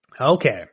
Okay